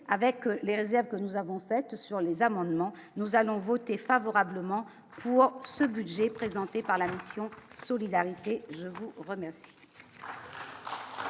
avec les réserves que nous avons faites sur les amendements, nous allons voter favorablement pour ce budget présenté par la mission, solidarité, je vous remercie.